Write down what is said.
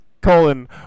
colon